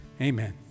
Amen